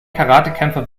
karatekämpfer